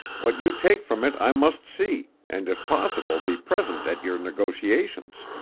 what you take from it i must see, and if possible be present at your negotiations.